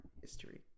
history